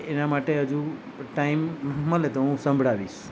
એના માટે હજુ ટાઈમ મલે તો હું સંભળાવીશ